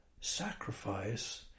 sacrifice